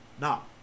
now